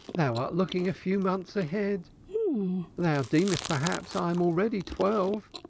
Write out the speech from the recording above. thou art looking a few months ahead thou deemest perhaps, i am already twelve.